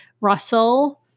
Russell